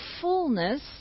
fullness